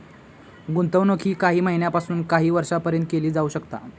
गुंतवणूक ही काही महिन्यापासून काही वर्षापर्यंत केली जाऊ शकता